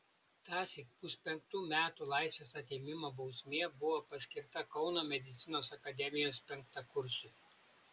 tąsyk puspenktų metų laisvės atėmimo bausmė buvo paskirta kauno medicinos akademijos penktakursiui